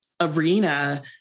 arena